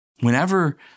Whenever